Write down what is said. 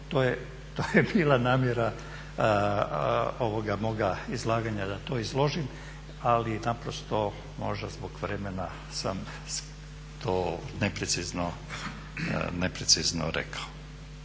to je bila namjera ovoga moga izlaganja da to izložim ali naprosto možda zbog vremena sam to neprecizno rekao.